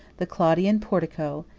the claudian portico,